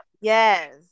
Yes